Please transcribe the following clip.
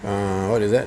uh what is that